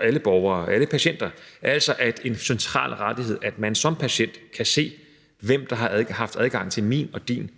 alle borgere, alle patienter, altså den centrale rettighed, at man som patient kan se, hvem der har haft adgang til ens – min og din, altså